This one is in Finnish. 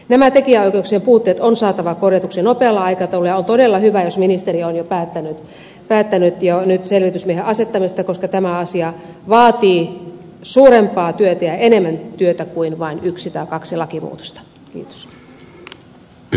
nämä tekijänoikeuksien puutteet on saatava korjatuksi nopealla aikataululla ja on todella hyvä jos ministeri on päättänyt jo nyt selvitysmiehen asettamisesta koska tämä asia vaatii suurempaa työtä ja enemmän työtä kuin vain yksi tai kaksi lakimuutosta